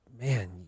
man